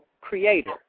creator